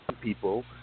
people